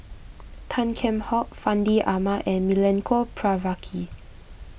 Tan Kheam Hock Fandi Ahmad and Milenko Prvacki